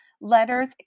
Letters